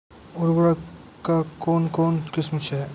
उर्वरक कऽ कून कून किस्म छै?